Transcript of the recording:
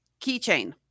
keychain